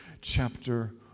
chapter